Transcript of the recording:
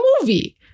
movie